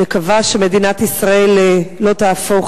מקווה שמדינת ישראל לא תהפוך,